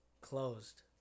closed